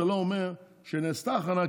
זה לא אומר שנעשתה הכנה,